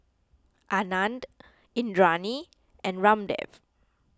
Anand Indranee and Ramdev